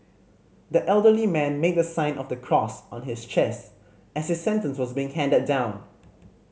the elderly man made the sign of the cross on his chest as his sentence was being handed down